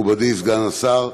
מכובדי סגן השר,